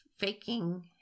Faking